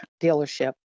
dealership